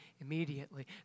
immediately